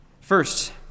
First